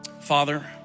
Father